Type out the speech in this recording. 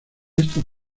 estos